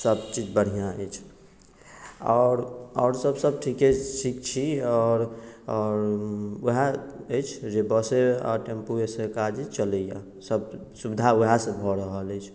सब चीज बढ़िआँ अछि आओर आओर सब सब ठीके से छी आओर आओर ओएह अछि जे बसे आ टेम्पूएसँ काज चलैया सब सुविधा ओएहसँ भऽ रहल अछि